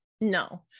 no